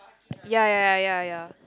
ya ya ya ya ya